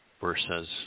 versus